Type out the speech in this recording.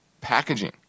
packaging